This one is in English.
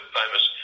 famous